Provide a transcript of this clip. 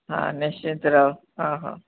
हा निश्चित रहो हा हा